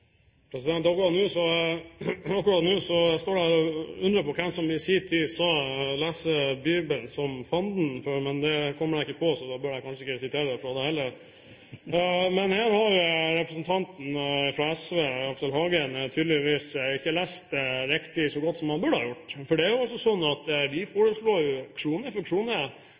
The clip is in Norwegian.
Akkurat nå står jeg og undrer på hvem som i sin tid sa som fanden leser Bibelen, men det kommer jeg ikke på, så da bør jeg vel ikke sitere det heller. Her har representanten Aksel Hagen fra SV tydeligvis ikke lest riktig så godt som han burde ha gjort. Det er sånn at vi foreslår,